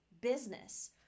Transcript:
business